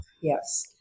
yes